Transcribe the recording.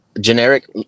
generic